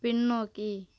பின்னோக்கி